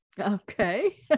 Okay